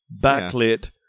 backlit